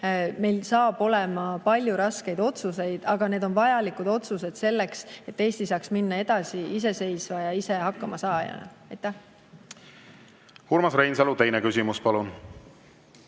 Meil saab olema palju raskeid otsuseid, aga need on vajalikud otsused, et Eesti saaks minna edasi iseseisvana ja ise hakkama saajana. Urmas Reinsalu, teine küsimus, palun!